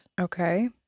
Okay